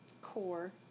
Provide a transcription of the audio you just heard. core